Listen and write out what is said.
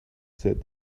said